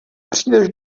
přijdeš